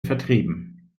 vertrieben